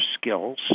skills